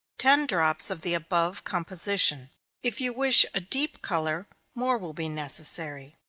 ten drops of the above composition if you wish a deep color, more will be necessary.